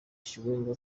chiwenga